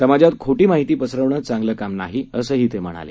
समाजात खोधी माहिती पसरवणं चांगलं काम नाही असं ते म्हणाले